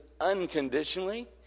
unconditionally